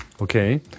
Okay